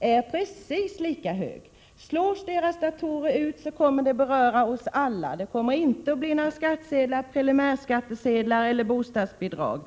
är precis lika stor nu som enligt statskontorets rapport från 1986. Slås riksskatteverkets datorer ut kommer det att beröra oss alla: Det kommer inte att bli några skattsedlar, några preliminärskattsedlar eller bostadsbidrag.